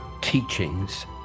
teachings